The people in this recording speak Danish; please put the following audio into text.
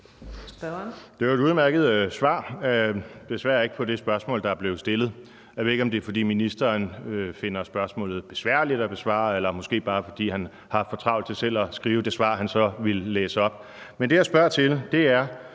Det var et udmærket svar, men desværre ikke på det spørgsmål, der blev stillet. Jeg ved ikke, om det er, fordi ministeren finder spørgsmålet besværligt at besvare, eller om det måske bare er, fordi han har for travlt til selv at skrive det svar, han så ville læse op. Men det, jeg spørger til, er: